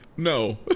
No